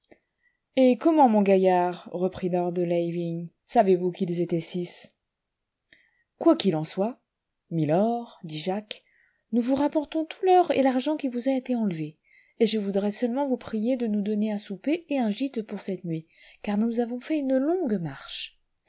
et comment mon gaillard reprit lord dunlavin savez-vous qu'ils étaient six quoi qu'il en soit milord dit jacques nous vous rapportons tout l'or et l'argent qui vous a été enlevé et je voudrais seulement vous prier de nous donner à souper et un gîte pour cette nuit car nous avons fait une longue marche